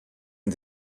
and